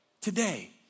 today